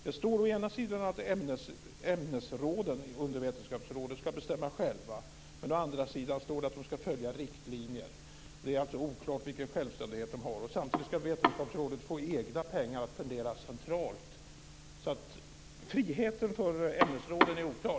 Det står å ena sidan att ämnesråden inom vetenskapsråden ska få bestämma själva, men å andra sidan står det att de ska följa riktlinjer. Det är alltså oklart vilken självständighet de har. Samtidigt ska vetenskapsrådet få egna pengar att fördelas centralt. Friheten för ämnesråden är oklar.